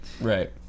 Right